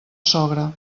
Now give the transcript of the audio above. sogra